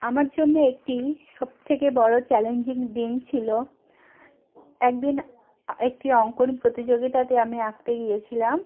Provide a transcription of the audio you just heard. আমার জন্য একটি সবথেকে বড়ো চ্যালেঞ্জিং দিন ছিল একদিন একটি অঙ্কন প্রতিযোগিতাতে আমি আঁকতে গিয়েছিলাম